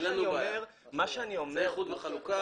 אין לנו בעיה, זה איחוד וחלוקה.